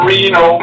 Reno